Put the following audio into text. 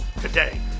today